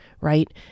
right